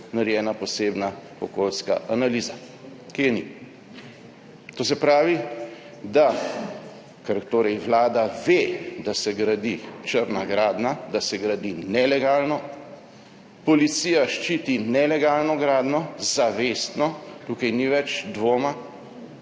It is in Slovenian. narejena posebna okoljska analiza, ki je ni. To se pravi, da ker torej Vlada ve, da se gradi črna gradnja, da se gradi nelegalno, policija ščiti nelegalno gradnjo zavestno. Tukaj ni več dvoma.